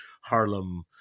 Harlem